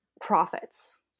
profits